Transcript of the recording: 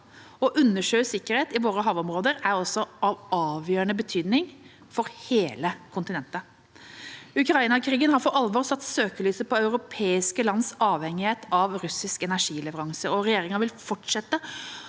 og undersjøisk sikkerhet i våre havområder er også av avgjørende betydning for hele kontinentet. Ukraina-krigen har for alvor satt søkelyset på europeiske lands avhengighet av russiske energileveranser, og regjeringa vil fortsette